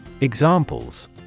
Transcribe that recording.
Examples